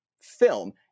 film